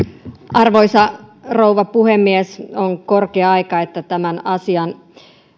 arvoisa rouva puhemies on korkea aika että tämän asian